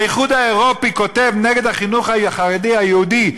האיחוד האירופי כותב נגד החינוך החרדי היהודי,